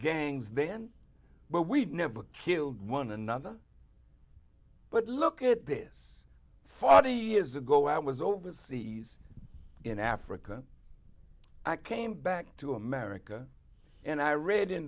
gangs then but we never killed one another but look at this forty years ago i was overseas in africa i came back to america and i read in